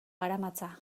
garamatza